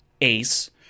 Ace